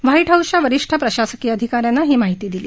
white हाऊसच्या वरीष्ठ प्रशासकीय अधिकाऱ्यानं ही माहिती दिली